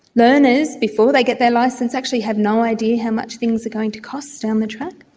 learners before they get their licence actually have no idea how much things are going to cost down the track.